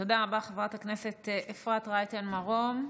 תודה רבה, חברת הכנסת אפרת רייטן מרום.